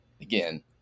again